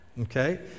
Okay